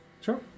Sure